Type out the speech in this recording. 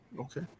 Okay